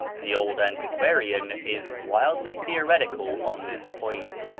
the old antiquarian is wildly theoretical on this point,